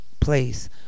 place